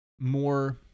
more